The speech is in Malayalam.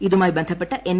ഇതുമായി ബന്ധപ്പെട്ട് എൻ